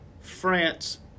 France